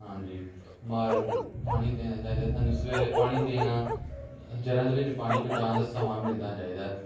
ਹਾਂਜੀ ਮਾਰ ਪਾਣੀ ਦੇਣਾ ਚਾਹੀਦਾ ਸਾਨੂੰ ਸਵੇਰੇ ਪਾਣੀ ਦੇਣਾ ਜੜ੍ਹਾਂ ਦੇ ਵਿੱਚ ਪਾਣੀ ਪਹੁੰਚਾਉਣ ਦਾ ਸਮਾਂ ਮਿਲਣਾ ਚਾਹੀਦਾ